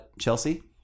Chelsea